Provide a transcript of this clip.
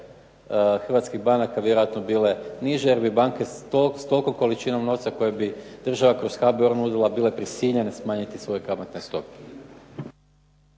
hrvatskih banaka vjerojatno bile niže jer bi banke s tolikom količinom novca koju bi država kroz HBOR nudila bile prisiljene smanjiti svoje kamatne stope.